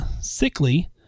sickly